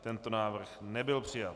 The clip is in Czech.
Tento návrh nebyl přijat.